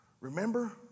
Remember